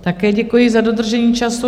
Také děkuji za dodržení času.